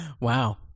wow